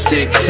Six